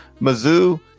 Mizzou